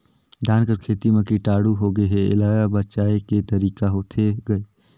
धान कर खेती म कीटाणु होगे हे एला बचाय के तरीका होथे गए?